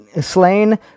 slain